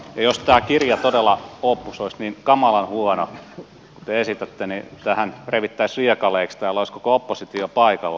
ja jos tämä kirja opus todella olisi niin kamalan huono kuin te esitätte niin tämähän revittäisiin riekaleiksi täällä olisi koko oppositio paikalla